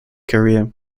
career